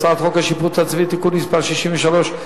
הצעת חוק השיפוט הצבאי (תיקון מס' 63),